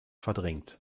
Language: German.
verdrängt